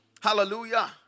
Hallelujah